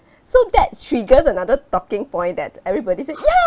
so that's triggers another talking point that everybody say ya